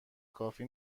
کافی